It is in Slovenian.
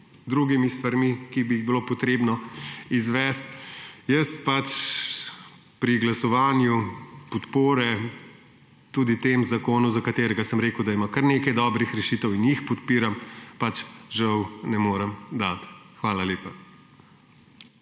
drugimi stvarmi, ki bi jih bilo potrebno izvesti. Pri glasovanju podpore tudi temu zakonu, za katerega sem rekel, da ima kar nekaj dobrih rešitev in jih podpiram, žal ne morem dati. Hvala lepa.